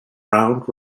round